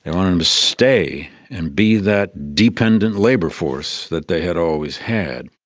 they wanted them to stay and be that dependent labour force that they had always had.